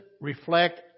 reflect